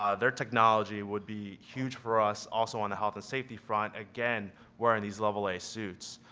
ah their technology would be huge for us also, on the health and safety front again wearing these level a suits.